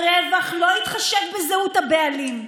הרווח לא יתחשב בזהות הבעלים,